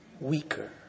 weaker